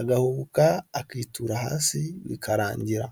agahubuka, akitura hasi, bikarangira.